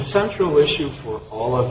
central issue for all of